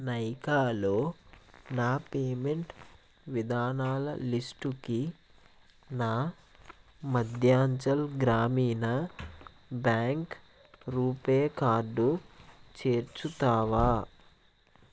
నైకాలో నా పేమెంట్ విధానాల లిస్టుకి నా మధ్యాంచల్ గ్రామీణ బ్యాంక్ రూపే కార్డు చేర్చుతావా